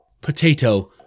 Potato